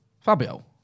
Fabio